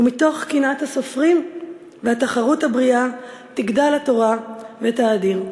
ומתוך קנאת הסופרים והתחרות הבריאה תגדל התורה ותאדיר.